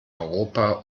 europa